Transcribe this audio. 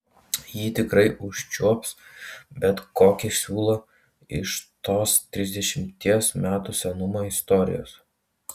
ji tikrai užčiuops bet kokį siūlą iš tos trisdešimties metų senumo istorijos